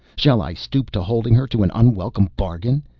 shall i stoop to holding her to an unwelcome bargain?